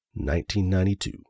1992